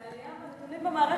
יש עלייה בנתונים.